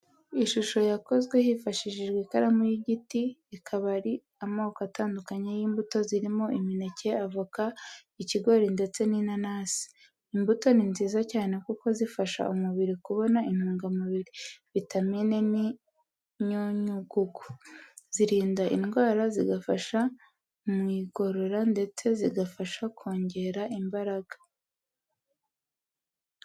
Ishusho yakozwe hifashishijwe ikaramu y'igiti ikaba ari amoko atandukanye y'imbuto zirimo imineke, avoka, ikigori ndetse n'inanasi. Imbuto ni nziza cyane kuko zifasha umubiri kubona intungamubiri, vitamine n'imyunyungugu. Zirinda indwara, zigafasha mu igogora ndetse zigafasha kongera imbaraga.